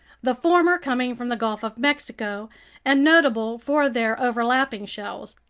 the former coming from the gulf of mexico and notable for their overlapping shells,